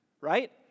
right